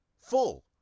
full